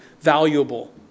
valuable